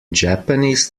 japanese